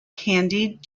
candied